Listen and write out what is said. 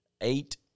eight